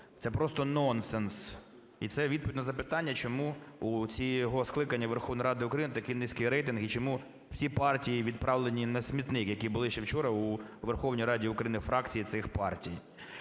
Це просто нонсенс. І це відповідь на запитання, чому у цього скликання Верховної Ради України такий низький рейтинг і чому всі партії відправлені на смітник, які були ще вчора у Верховній Раді України, фракцій цих партій.